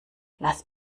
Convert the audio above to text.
lass